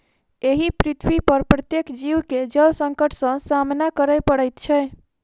एहि पृथ्वीपर प्रत्येक जीव के जल संकट सॅ सामना करय पड़ैत छै